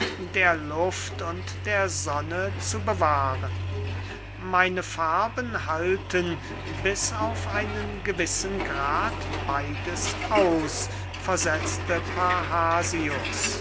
der luft und der sonne zu bewahren meine farben halten bis auf einen gewissen grad beides aus versetzte